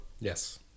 Yes